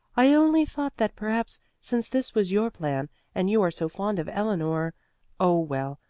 i only thought that perhaps, since this was your plan and you are so fond of eleanor oh well,